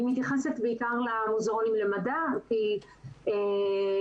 אני מתייחסת בעיקר למוזיאונים למדע, כי הקשר